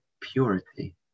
purity